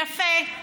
יפה.